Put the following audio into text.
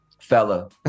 fella